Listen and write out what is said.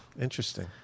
Interesting